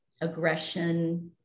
aggression